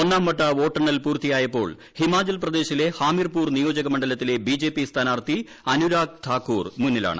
ഒന്നാംവട്ട വോട്ടെണ്ണൽ പൂർത്തിയായപ്പോൾ ഹിമാചൽപ്രദേശിലെ ഹാമിർപൂർ നിയോജകമ ണ്ഡലത്തിലെ ബിജെപി സ്ഥാനാർത്ഥി അനുരാഗ് ഥാക്കൂർ മുന്നിലാണ്